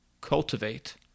Cultivate